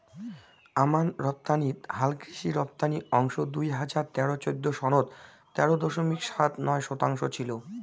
আমান রপ্তানিত হালকৃষি রপ্তানি অংশ দুই হাজার তেরো চৌদ্দ সনত তেরো দশমিক সাত নয় শতাংশ ছিল